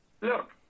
look